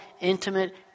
intimate